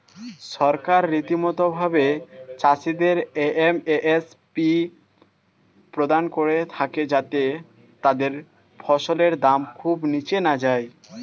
সরকার রীতিমতো ভাবে চাষিদের এম.এস.পি প্রদান করে থাকে যাতে তাদের ফসলের দাম খুব নীচে না যায়